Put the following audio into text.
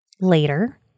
later